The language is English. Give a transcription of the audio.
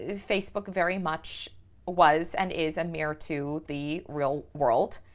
and facebook very much was and is near to the real world.